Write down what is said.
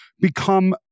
become